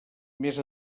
més